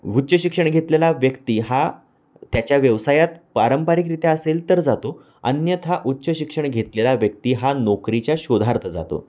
उच्च शिक्षण घेतलेला व्यक्ती हा त्याच्या व्यवसायात पारंपरिकरित्या असेल तर जातो अन्यथा उच्च शिक्षण घेतलेला व्यक्ती हा नोकरीच्या शोधार्थ जातो